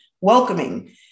welcoming